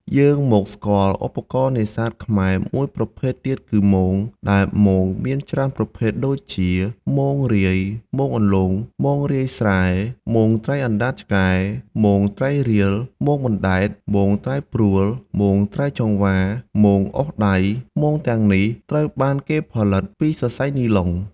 យើងមកស្គាល់ឧបករណ៍នេសាទខ្មែរមួយប្រភេទទៀតគឺ មង ដែលមងមានច្រើនប្រភេទដូចជា មងរាយ មងអន្លង់ មងរាយស្រែ មងត្រីអណ្តាតឆ្កែ មងត្រីរៀល មងបណ្តែត មងត្រីព្រួល មងត្រីចង្វា មងអូសដៃ។ល។ មងទាំងអស់នេះត្រូវបានគេផលិតពីសរសៃនីឡុង។